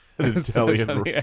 Italian